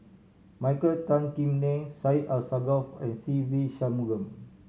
Michael Tan Kim Nei Syed Alsagoff and Se Ve Shanmugam